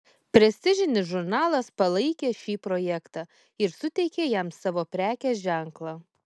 prestižinis žurnalas palaikė šį projektą ir suteikė jam savo prekės ženklą